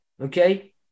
Okay